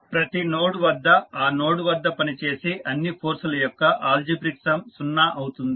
ప్రతి నోడ్ వద్ద ఆ నోడ్ వద్ద పనిచేసే అన్ని ఫోర్సుల యొక్క ఆల్జిబ్రిక్ సమ్ సున్నా అవుతుంది